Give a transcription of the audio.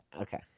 okay